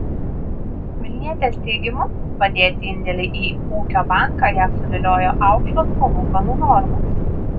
vilnietės teigimu padėti indėlį į ūkio banką ją suviliojo aukštos palūkanų normos